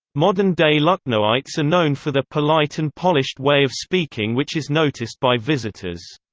modern day lucknowites are known for their polite and polished way of speaking which is noticed by visitors.